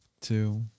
two